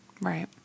Right